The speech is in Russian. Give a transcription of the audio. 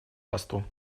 посту